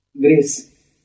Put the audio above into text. grace